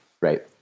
Right